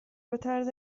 بطرز